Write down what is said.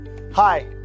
Hi